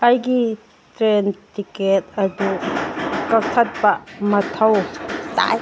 ꯑꯩꯒꯤ train ticket ꯑꯗꯨ ꯀꯛꯊꯠꯄ ꯃꯊꯧ ꯇꯥꯏ